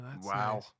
Wow